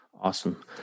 awesome